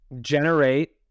generate